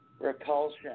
repulsion